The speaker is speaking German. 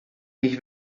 ich